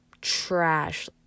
trash